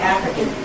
African